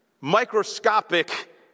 microscopic